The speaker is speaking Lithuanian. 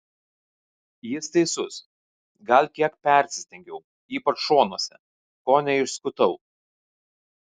jis teisus gal kiek persistengiau ypač šonuose kone išskutau